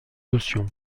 caution